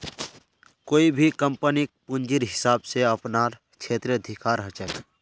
कोई भी कम्पनीक पूंजीर हिसाब स अपनार क्षेत्राधिकार ह छेक